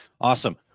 Awesome